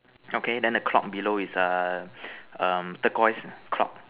okay then the clock below is err um turquoise clock